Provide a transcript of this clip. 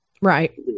Right